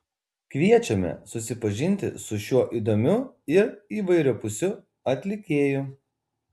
kviečiame susipažinti su šiuo įdomiu ir įvairiapusiu atlikėju